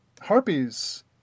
harpies